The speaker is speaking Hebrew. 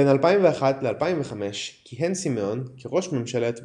בין 2001 ל-2005 כיהן סימאון כראש ממשלת בולגריה.